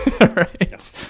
right